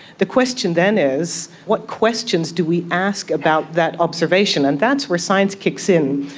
the question then is what questions do we ask about that observation, and that's where science kicks in.